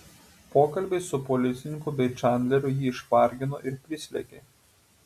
pokalbiai su policininku bei čandleriu jį išvargino ir prislėgė